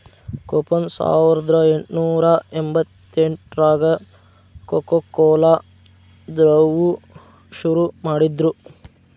coupon ಸಾವರ್ದಾ ಎಂಟ್ನೂರಾ ಎಂಬತ್ತೆಂಟ್ರಾಗ ಕೊಕೊಕೊಲಾ ದವ್ರು ಶುರು ಮಾಡಿದ್ರು